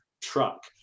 truck